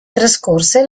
trascorse